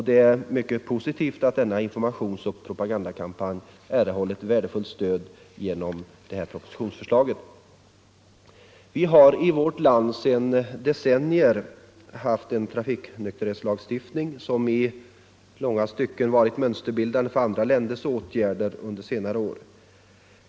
Det är positivt att denna informationsoch propagandakampanj erhåller värdefullt stöd genom propositionsförslaget. Vi har i vårt land sedan decennier haft en trafiknykterhetslagstiftning som i långa stycken varit mönsterbildande för andra länders åtgärder under senare år.